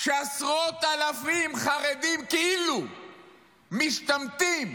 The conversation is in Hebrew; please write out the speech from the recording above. שעשרות אלפי חרדים כאילו משתמטים,